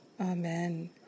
Amen